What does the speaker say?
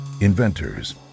inventors